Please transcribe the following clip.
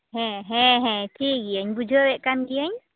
ᱦᱮᱸ ᱦᱮᱸ ᱦᱮᱸ ᱴᱷᱤᱠ ᱜᱤᱭᱟᱹᱧ ᱵᱩᱡᱷᱟᱹᱣᱮᱫ ᱠᱟᱱ ᱜᱤᱭᱟᱹᱧ